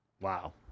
Wow